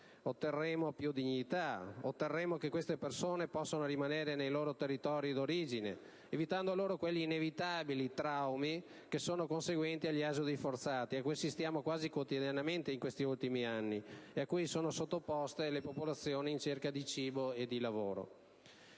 tali da permettere a quelle persone di rimanere nei loro territori di origine, evitando loro quegli inevitabili traumi conseguenti agli esodi forzati, cui assistiamo quasi quotidianamente in questi ultimi anni e a cui sono sottoposte le popolazioni in cerca di cibo e di lavoro.